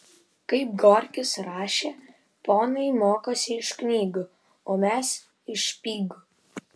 kaip gorkis rašė ponai mokosi iš knygų o mes iš špygų